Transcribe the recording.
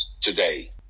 today